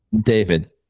David